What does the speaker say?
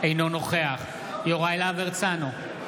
אינו נוכח יוראי להב הרצנו,